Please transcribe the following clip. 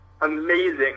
amazing